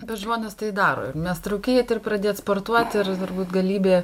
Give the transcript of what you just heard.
bet žmonės tai daro ir mest rūkyti ir pradėt sportuoti ir turbūt galybė